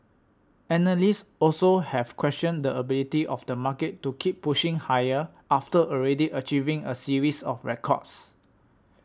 analysts also have questioned the ability of the market to keep pushing higher after already achieving a series of records